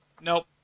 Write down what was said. Nope